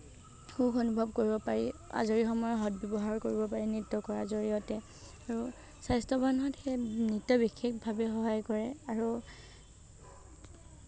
সুখ অনুভৱ কৰিব পাৰি আজৰি সময়ৰ সদব্য়ৱহাৰ কৰিব পাৰি নৃত্য কৰাৰ জড়িয়তে আৰু স্বাস্থ্যৱান হোৱাত সেই নৃত্য়ই বিশেষভাৱে সহায় কৰে আৰু